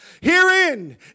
Herein